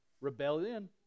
rebellion